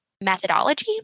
methodology